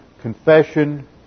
confession